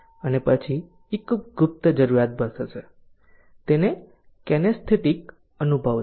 અને પછી એક ગુપ્ત જરૂરિયાત હશે તે કેનેસ્થેટિક અનુભવ છે